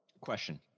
Question